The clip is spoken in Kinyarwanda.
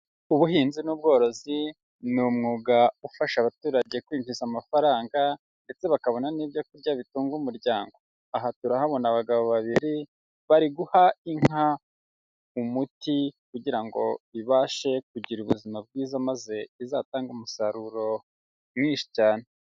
Ubuhinzi n'ubworozi, ni umwuga ufasha abaturage kwinjiza amafaranga, ndetse bakabona n'ibyo kurya bitunga umuryango, aha turahabona abagabo babiri bari guha inka umuti kugira ngo ibashe kugira ubuzima bwiza, maze izatange umusaruro mwinshi cyane.